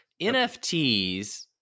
NFTs